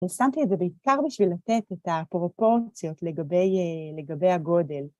ושמתי את זה בעיקר בשביל לתת את הפרופורציות לגבי ה... לגבי הגודל.